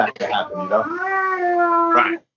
Right